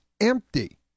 empty